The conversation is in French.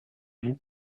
vous